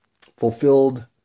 fulfilled